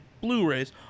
blu-rays